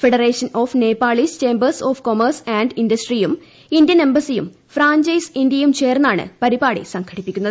federation of Nepalese chambers of commerce and ഇൻഡസ്ട്രിയും Indian എംബസ്ട്രിയും franchise ഇന്ത്യയും ചേർന്നാണ് പരിപാടി സംഘടിപ്പിക്കുന്നത്